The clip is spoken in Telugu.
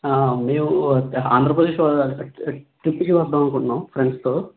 మేము ఆంధ్రప్రదేశ్కి ట్రిప్పుకి వద్దాం అనుకుంటున్నాం ఫ్రెండ్స్తో